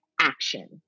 action